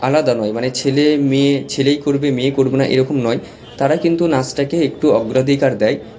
আলাদা নয় মানে ছেলে মেয়ে ছেলেই করবে মেয়ে করবে না এরকম নয় তারা কিন্তু নাচটাকে একটু অগ্রাধিকার দেয়